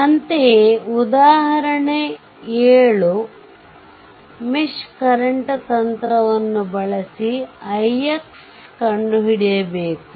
ಅಂತೆಯೇ ಉದಾಹರಣೆ 7 mesh current ತಂತ್ರವನ್ನು ಬಳಸಿ ix ಕಂಡುಹಿಡಿಯಬೇಕು